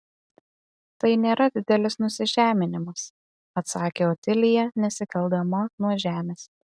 tai nėra didelis nusižeminimas atsakė otilija nesikeldama nuo žemės